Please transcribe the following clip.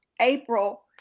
April